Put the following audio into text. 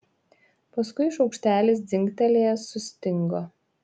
paskui šaukštelis dzingtelėjęs sustingo